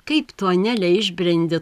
kaip tu anele išbrendi